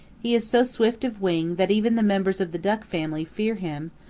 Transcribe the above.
he is so swift of wing that even the members of the duck family fear him,